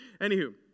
Anywho